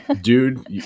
dude